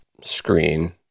screen